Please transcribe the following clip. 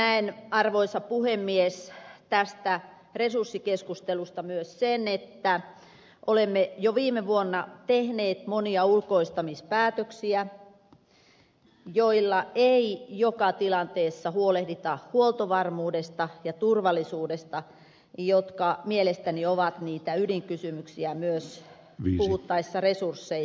uhkana näen arvoisa puhemies tässä resurssikeskustelussa myös sen että olemme jo viime vuonna tehneet monia ulkoistamispäätöksiä joiden jälkeen ei joka tilanteessa huolehdita huoltovarmuudesta ja turvallisuudesta jotka mielestäni ovat niitä ydinkysymyksiä myös puhuttaessa resursseista